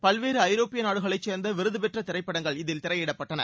பல்வேறு ஐரோப்பிய நாடுகளை சேர்ந்த விருதுபெற்ற திரைப்படங்கள் இதில் திரையிடப்பட்டன